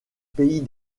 pays